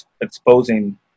exposing